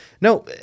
no